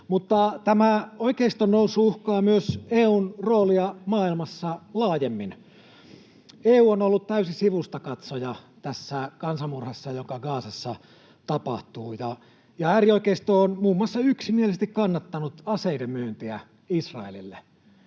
tämä oikeiston nousu uhkaa myös EU:n roolia maailmassa laajemmin. EU on ollut täysin sivustakatsoja tässä kansanmurhassa, joka Gazassa tapahtuu. Äärioikeisto on muun muassa yksimielisesti kannattanut aseiden myyntiä Israelille,